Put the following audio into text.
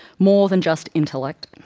more than just intellect.